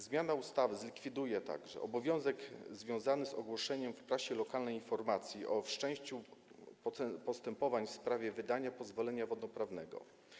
Zmiana ustawy zlikwiduje także obowiązek związany z ogłaszaniem w prasie lokalnej informacji o wszczęciu postępowań w sprawie wydania pozwolenia wodnoprawnego.